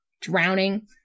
drowning